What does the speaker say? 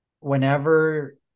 Whenever